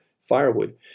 firewood